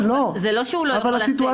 זה לא שהוא לא יכול לצאת.